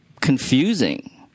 confusing